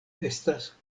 estas